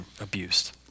abused